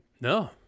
No